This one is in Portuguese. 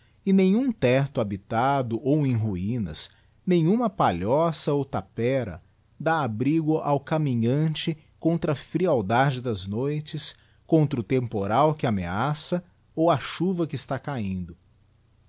e nenhum tecto habitado ou em ruinas nenhuma palhoça ou tapera dá abrigo ao caminhante contra a frialdade das noites contra o temporal que ameaça ou a chuva que está cahindo